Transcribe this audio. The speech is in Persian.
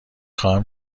خواهم